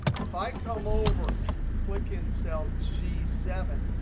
if i come over and click in cell g seven,